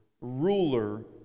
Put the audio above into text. Ruler